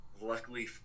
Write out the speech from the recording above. Luckily